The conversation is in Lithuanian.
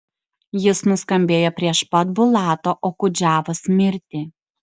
jis nuskambėjo prieš pat bulato okudžavos mirtį